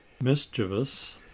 mischievous